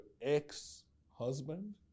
ex-husband